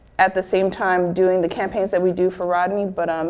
at the same time doing the campaigns that we do for rodney but, um